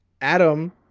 Adam